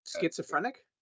Schizophrenic